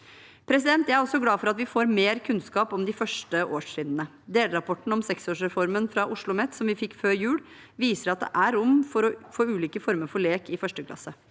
bruk. Jeg er også glad for at vi får mer kunnskap om de første årstrinnene. Delrapporten om seksårsreformen fra Oslomet, som vi fikk før jul, viser at det er rom for ulike former for lek i 1. klasse.